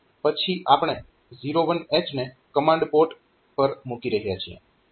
પછી આપણે 01H ને કમાન્ડ પોર્ટ પર મૂકી રહ્યા છીએ